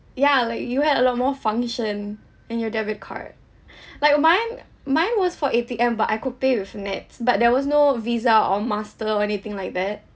ya like you had a lot more function in your debit card like mine mine was for A_T_M but I could pay with NETS but there was no visa or master or anything like that